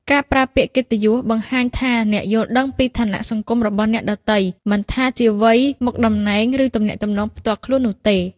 ការប្រើពាក្យកិត្តិយសបង្ហាញថាអ្នកយល់ដឹងពីឋានៈសង្គមរបស់អ្នកដទៃ មិនថាជាវ័យ មុខតំណែង ឬទំនាក់ទំនងផ្ទាល់ខ្លួននោះទេ។